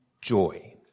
joy